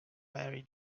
mary